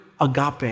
agape